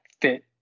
fit